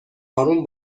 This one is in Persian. آروم